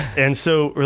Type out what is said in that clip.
and so,